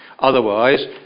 Otherwise